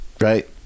right